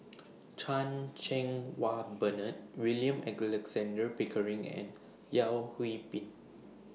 Chan Cheng Wah Bernard William Pickering and Yeo Hwee Bin